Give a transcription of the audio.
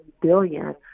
billion